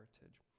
heritage